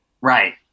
Right